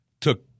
Took